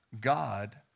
God